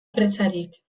presarik